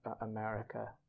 America